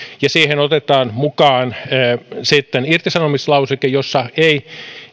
ja siihen otetaan mukaan irtisanomislauseke jossa ei